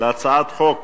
להצעת חוק.